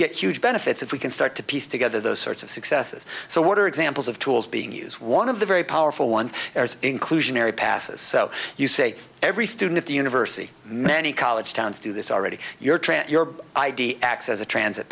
get huge benefits if we can start to piece together those sorts of successes so what are examples of tools being used one of the very powerful ones inclusionary passes so you say every student at the university many college towns do this already you're trant your id acts as a transit